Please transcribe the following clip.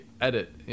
edit